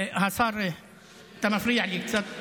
משפט סיום.